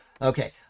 Okay